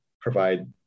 provide